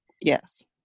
Yes